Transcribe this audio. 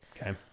Okay